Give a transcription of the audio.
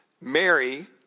Mary